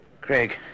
Craig